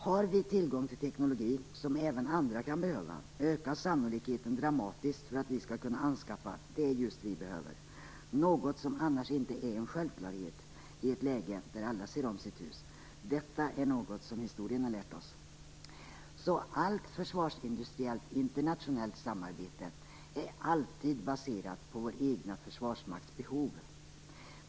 Har vi tillgång till teknologi som även andra kan behöva ökar sannolikheten dramatiskt för att vi skall kunna anskaffa det just vi behöver, något som annars inte är en självklarhet i ett läge där alla ser om sitt hus. Detta är något som historien har lärt oss. Allt försvarsindustriellt internationellt samarbete är alltid baserat på vår egen försvarsmakts behov.